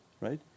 right